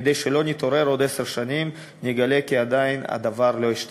כדי שלא נתעורר עוד עשר שנים ונגלה כי עדיין הדבר לא השתנה.